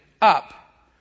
up